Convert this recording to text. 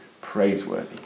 praiseworthy